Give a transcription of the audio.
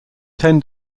ten